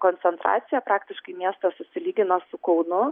koncentracija praktiškai miestas susilygino su kaunu